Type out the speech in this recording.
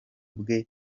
bwe